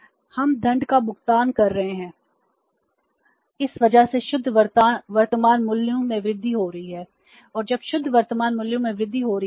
हम दंड का भुगतान कर रहे हैं इस वजह से शुद्ध वर्तमान मूल्यों में वृद्धि हो रही है और जब शुद्ध वर्तमान मूल्यों में वृद्धि हो रही है